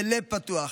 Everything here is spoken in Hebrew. בלב פתוח.